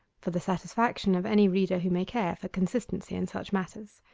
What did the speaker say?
for the satisfaction of any reader who may care for consistency in such matters.